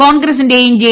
കോൺഗ്രസിന്റെയും ജെ